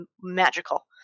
magical